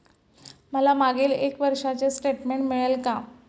मला मागील एक वर्षाचे स्टेटमेंट मिळेल का?